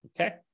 Okay